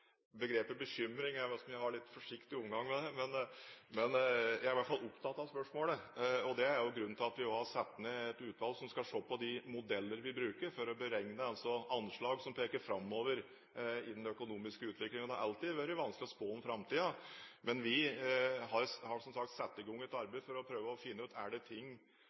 litt forsiktig omgang med begrepet «bekymring», men jeg er i hvert fall opptatt av spørsmålet. Det er jo grunnen til at vi har satt ned et utvalg som skal se på de modellene vi bruker for å beregne anslag som peker framover i den økonomiske utviklingen. Det har alltid vært vanskelig å spå om framtiden, men vi har som sagt satt i gang et arbeid for å prøve å finne ut om det er ting